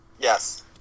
Yes